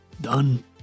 Done